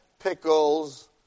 Pickles